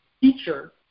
teacher